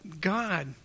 God